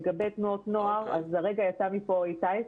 לגבי תנועות נוער הרגע יצא מפה איתי,